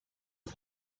and